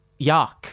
yuck